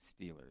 Steelers